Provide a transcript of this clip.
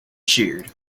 cheered